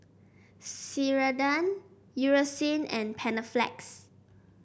Ceradan Eucerin and Panaflex